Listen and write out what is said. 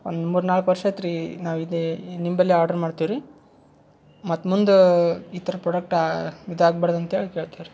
ಒಂದು ಮೂರು ನಾಲ್ಕು ವರ್ಷ ಆತು ರೀ ನಾವು ಇದೇ ನಿಮ್ಮಲ್ಲಿ ಆರ್ಡ್ರ್ ಮಾಡ್ತೀವಿ ರೀ ಮತ್ತು ಮುಂದೆ ಈ ಥರ ಪ್ರಾಡಕ್ಟ್ ಆ ಇದು ಆಗ್ಬಾರ್ದು ಅಂತ್ಹೇಳಿ ಕೇಳ್ತೀವಿ ರೀ